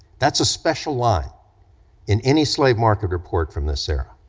that's a special line in any slave market report from this era.